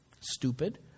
stupid